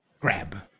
grab